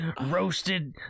roasted